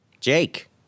Jake